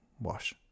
wash